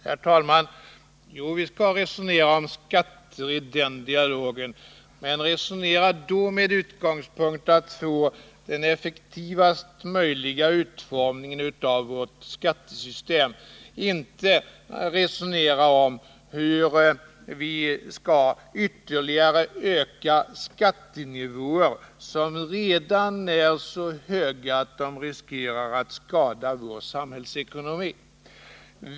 Herr talman! Jo, vi skall resonera om skatter i den dialogen, men låt oss då resonera med utgångspunkt att få den effektivaste möjliga utformningen av vårt skattesystem och inte hur vi ytterligare skall kunna höja skattenivåer som redan är så höga att de riskerar att skada vår samhällsekonomi.